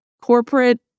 corporate